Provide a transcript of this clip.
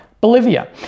Bolivia